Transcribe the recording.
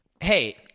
Hey